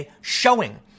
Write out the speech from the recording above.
showing